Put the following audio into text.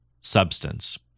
substance